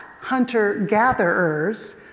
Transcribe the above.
hunter-gatherers